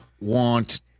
want